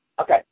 Okay